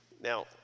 now